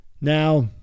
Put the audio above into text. Now